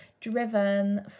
driven